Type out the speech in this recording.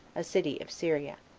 a city of syria.